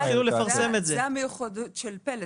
זאת המיוחדות של פל"ס.